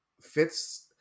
fits